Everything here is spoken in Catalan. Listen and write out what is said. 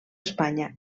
espanya